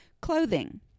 Clothing